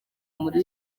muri